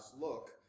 look